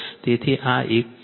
તેથી આ એક છે